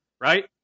right